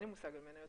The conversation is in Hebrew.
אין לי מושג במניות,